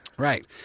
Right